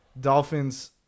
Dolphins